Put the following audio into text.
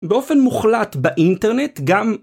באופן מוחלט באינטרנט גם